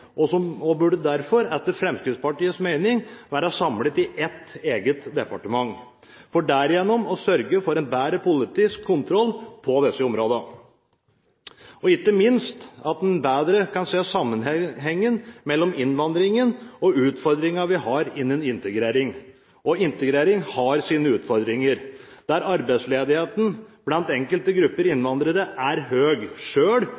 hverandre gjensidig, og burde derfor etter Fremskrittspartiets mening være samlet i et eget departement, for derigjennom å sørge for en bedre politisk kontroll på disse områdene, ikke minst slik at en bedre kan se sammenhengen mellom innvandringen og utfordringer vi har innen integrering. Integrering har sine utfordringer der arbeidsledigheten blant enkelte grupper